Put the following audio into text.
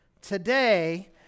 Today